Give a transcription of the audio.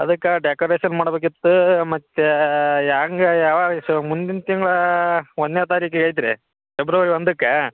ಅದಕ್ಕೆ ಡೆಕೋರೇಷನ್ ಮಾಡ್ಬೇಕು ಇತ್ತ ಮತ್ತು ಯಾಂಗ ಯಾವಾಗ ಸ ಮುಂದಿನ ತಿಂಗಳು ಒಂದನೇ ತಾರೀಖು ಐತಿ ರೀ ಫೆಬ್ರವರಿ ಒಂದಕ್ಕೆ